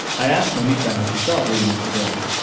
i asked monifa how she felt reading this today